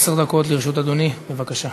עשר דקות לרשות אדוני, בבקשה.